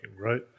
right